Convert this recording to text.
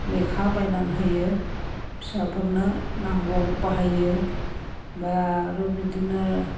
लेखा बायनानै होयो फिसाफोरनो नांगौआव बाहायो बा आरो बिदिनो